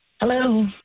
Hello